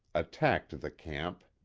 attacked the camp